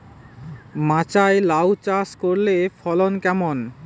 মাচায় লাউ চাষ করলে ফলন কেমন?